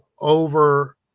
Over